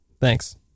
Thanks